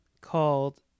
called